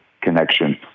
connection